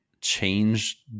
change